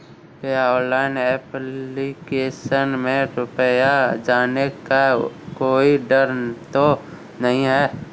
क्या online application में रुपया जाने का कोई डर तो नही है?